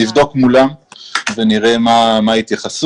נבדוק מולם ונראה מה ההתייחסות.